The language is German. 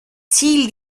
ziel